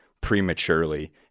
prematurely